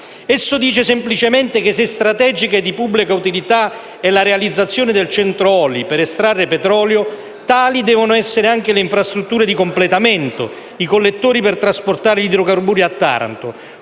Esso afferma semplicemente che, se strategica e di pubblica utilità è la realizzazione del Centro oli per estrarre petrolio, tali devono essere anche le infrastrutture di completamento, i collettori per trasportare idrocarburi a Taranto